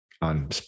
on